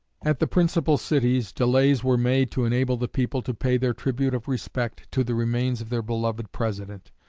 at the principal cities delays were made to enable the people to pay their tribute of respect to the remains of their beloved president.